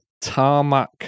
tarmac